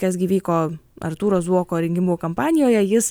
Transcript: kas gi vyko artūro zuoko rinkimų kampanijoje jis